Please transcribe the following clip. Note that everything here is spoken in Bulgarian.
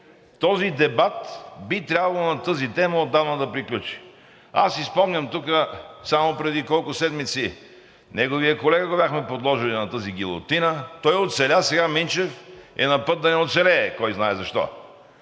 тази тема би трябвало отдавна да приключи. Аз си спомням тук само преди колко седмици, неговия колега го бяхме подложили на тази гилотина, той оцеля, сега Минчев е на път да не оцелее – кой знае защо.